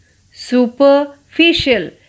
Superficial